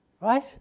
right